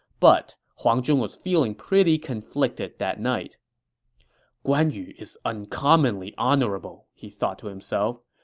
but huang zhong was feeling pretty conflicted that night guan yu is uncommonly honorable, he thought to himself.